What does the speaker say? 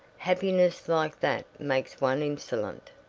happiness like that makes one insolent.